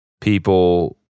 people